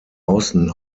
außen